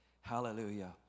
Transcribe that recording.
Hallelujah